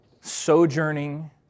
sojourning